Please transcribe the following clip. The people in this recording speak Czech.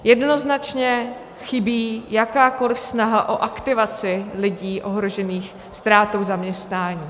Jednoznačně chybí jakákoliv snaha o aktivaci lidí ohrožených ztrátou zaměstnání.